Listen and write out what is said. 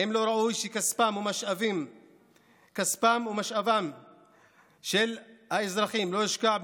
האם לא ראוי שכספם ומשאביהם של האזרחים יושקעו